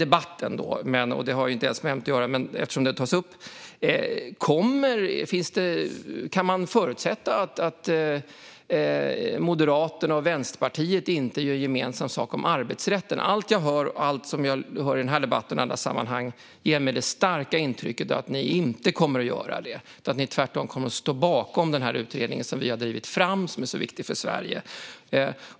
Detta har inte med ämnet att göra, men eftersom det tas upp i debatten ställer jag frågan: Kan man förutsätta att Moderaterna och Vänsterpartiet inte gör gemensam sak i fråga om arbetsrätten? Allt jag hör i denna debatt och i andra sammanhang ger mig ett starkt intryck av att ni inte kommer att göra det, utan att ni tvärtom kommer att stå bakom den utredning som vi har drivit fram och som är viktig för Sverige.